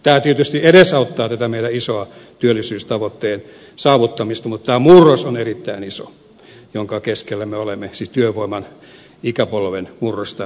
tämä tietysti edesauttaa tätä meidän isoa työllisyystavoitteen saavuttamista mutta tämä murros on erittäin iso jonka keskellä me olemme siis työvoiman ikäpolven murrosta silmällä pitäen